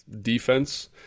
defense